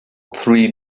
three